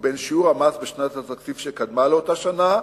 ובין שיעור המס בשנת התקציב שקדמה לאותה שנה,